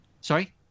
Sorry